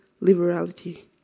liberality